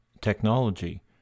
technology